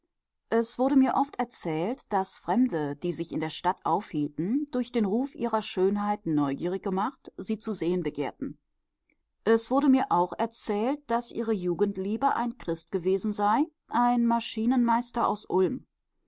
es wurde mir oft erzählt daß fremde die sich in der stadt aufhielten durch den ruf ihrer schönheit neugierig gemacht sie zu sehen begehrten es wurde mir auch erzählt daß ihre jugendliebe ein christ gewesen sei ein maschinenmeister aus ulm